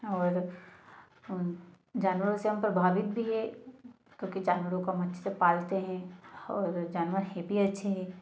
और हम जानवरों से हम प्रभावित भी है क्योंकि जानवरों को मन से पालते हैं और जानवर भी है अच्छे